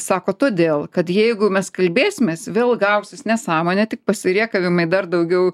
sako todėl kad jeigu mes kalbėsimės vėl gausis nesąmonė tik pasirėkavimai dar daugiau